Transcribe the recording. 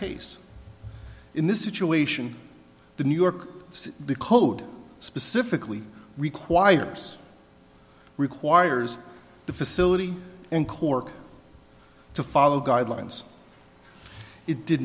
case in this situation the new york the code specifically requires requires the facility in cork to follow guidelines it did